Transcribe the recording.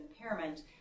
impairment